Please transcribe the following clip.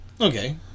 Okay